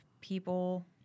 people